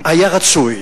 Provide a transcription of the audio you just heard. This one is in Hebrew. היה רצוי,